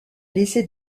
laissé